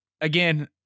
Again